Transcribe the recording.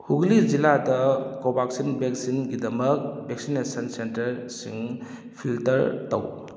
ꯍꯨꯒ꯭ꯂꯤ ꯖꯤꯂꯥꯗ ꯀꯣꯚꯥꯛꯁꯤꯟ ꯚꯦꯛꯁꯤꯟꯒꯤꯗꯃꯛ ꯚꯦꯛꯁꯤꯅꯦꯁꯟ ꯁꯦꯟꯇꯔꯁꯤꯡ ꯐꯤꯜꯇꯔ ꯇꯧ